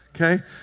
okay